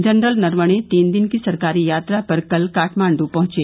general Naravane तीन दिन की सरकारी यात्रा पर कल काठमांड् पहंचे